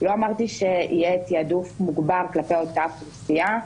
לא אמרתי שיהיה תעדוף מוגבר כלפי אותה אוכלוסייה,